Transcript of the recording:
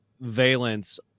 valence